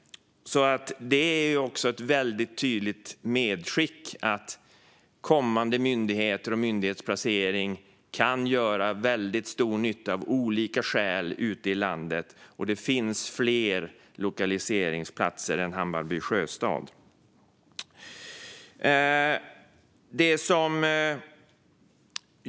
Ett tydligt medskick blir alltså att kommande myndigheter och myndigheters placering kan göra väldigt stor nytta ute i landet. Det finns fler lokaliseringsplatser än Hammarby sjöstad.